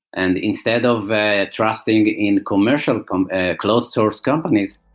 and instead of trusting in commercial um ah closed source companies,